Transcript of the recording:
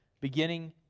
beginning